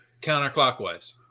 counterclockwise